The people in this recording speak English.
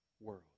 world